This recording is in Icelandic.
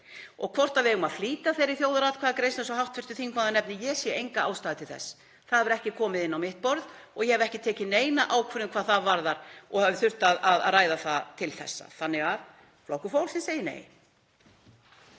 Hvort við eigum að flýta þeirri þjóðaratkvæðagreiðslu eins og hv. þingmaður nefnir — ég sé enga ástæðu til þess. Það hefur ekki komið inn á mitt borð og ég hef ekki tekið neina ákvörðun hvað það varðar eða hef þurft að ræða það til þessa, þannig að Flokkur fólksins segir nei.